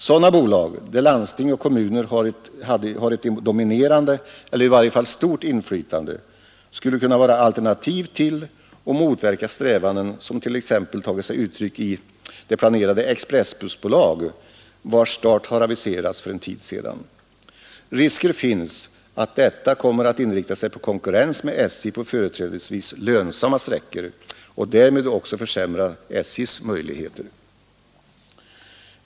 Sådana bolag, där landsting och kommuner har ett dominerande eller i varje fall stort inflytande skulle kunna vara alternativ till och motverka strävanden som t.ex. tagit sig uttryck i det planerade expressbussbolag vars start har aviserats för en tid sedan. Risk finns att detta bolag kommer att inrikta sig på konkurrens med SJ på företrädesvis lönsamma sträckor och därmed också försämra SJ:s möjligheter.